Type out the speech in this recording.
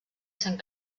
sant